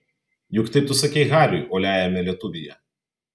juk taip tu sakei hariui uoliajame lietuvyje